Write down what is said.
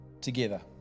together